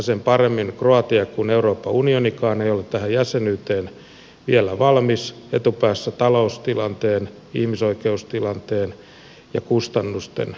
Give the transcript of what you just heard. sen paremmin kroatia kuin euroopan unionikaan ei ole tähän jäsenyyteen vielä valmis etupäässä taloustilanteen ihmisoikeustilanteen ja kustannusten osalta